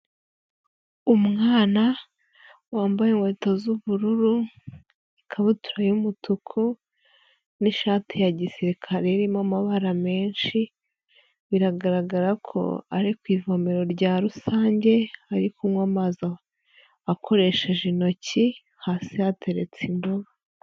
Umwana wambaye inkweto z'ubururu, ikabutura y'umutuku n'ishati ya gisirikare irimo amabara menshi, biragaragara ko ari ku ivomero rya rusange, ari kunywa amazi akoresheje intoki, hasi hateretse indobo.